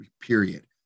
period